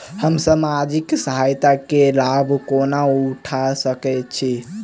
हम सामाजिक सहायता केँ लाभ कोना उठा सकै छी?